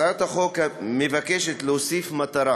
הצעת החוק מבקשת להוסיף מטרה